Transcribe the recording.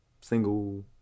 single